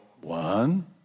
one